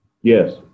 Yes